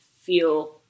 feel